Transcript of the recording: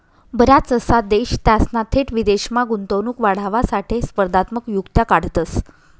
बराचसा देश त्यासना थेट विदेशमा गुंतवणूक वाढावासाठे स्पर्धात्मक युक्त्या काढतंस